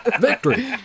Victory